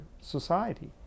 society